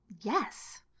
Yes